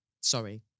sorry